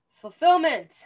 Fulfillment